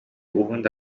ubundi